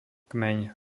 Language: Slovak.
kmeň